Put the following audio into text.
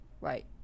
right